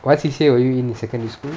what C_C_A were you in in secondary school